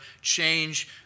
Change